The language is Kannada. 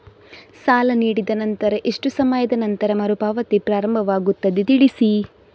ಸಾಲ ನೀಡಿದ ನಂತರ ಎಷ್ಟು ಸಮಯದ ನಂತರ ಮರುಪಾವತಿ ಪ್ರಾರಂಭವಾಗುತ್ತದೆ ತಿಳಿಸಿ?